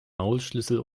maulschlüssel